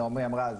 כמו שנעמי אמרה,